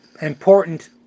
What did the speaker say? important